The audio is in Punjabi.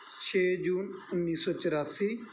ਛੇ ਜੂਨ ਉੱਨੀ ਸੌ ਚੁਰਾਸੀ